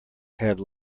had